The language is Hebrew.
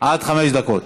עד חמש דקות.